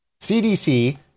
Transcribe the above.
CDC